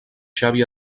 xavi